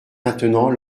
maintenant